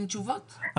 עם תשובות?